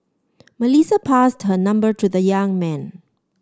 Melissa passed her number to the young man